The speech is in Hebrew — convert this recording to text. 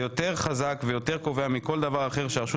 זה יותר חזק ויתר קובע מכל דבר אחר שהרשות